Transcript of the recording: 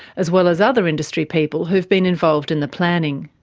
as well as other industry people who've been involved in the planning.